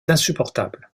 insupportable